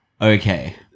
Okay